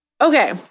Okay